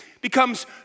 becomes